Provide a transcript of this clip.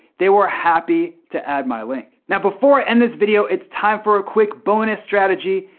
they were happy to add my link. now before i end this video, it's time for a quick bonus strategy.